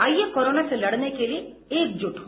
आइये कोरोना से लड़ने के लिए एकजुट हो